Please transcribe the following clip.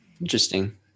Interesting